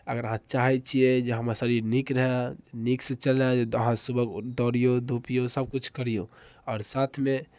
अगर अहाँ चाहै छियै जे हमर शरीर नीक रहय नीकसँ चलय अहाँ सुबह दौड़ियौ धूपियौ सभकिछु करियौ आओर साथमे